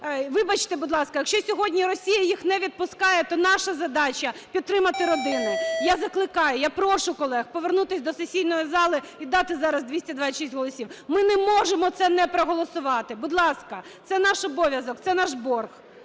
Вибачте, будь ласка, якщо сьогодні Росія їх не відпускає, то наша задача підтримати родини. Я закликаю, я прошу колег повернутись до сесійної зали і дати зараз 226 голосів. Ми не можемо це не проголосувати! Будь ласка. Це наш обов'язок. Це наш борг.